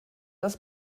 das